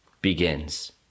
begins